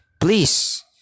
please